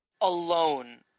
alone –